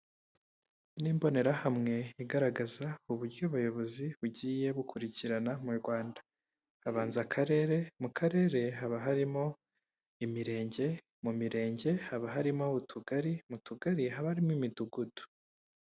Ni imbonerahamwe igaragaza uburyo ubuyobozi bugiye bukurikirana mu Rwanda habanza akarere mu karere haba harimo imirenge mu mirenge haba harimo utugari mu tugari haba aharimo imidugudu.